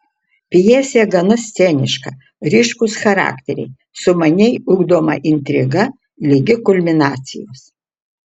pjesė gana sceniška ryškūs charakteriai sumaniai ugdoma intriga ligi kulminacijos